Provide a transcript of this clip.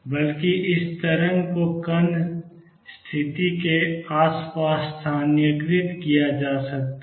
बल्कि इस तरंग को कण स्थिति के आसपास स्थानीयकृत किया जा सकता है